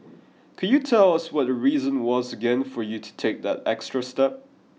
could you tell us what the reason was again for you to take that extra step